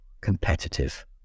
competitive